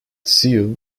seal